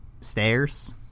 stairs